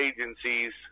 agencies